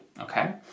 okay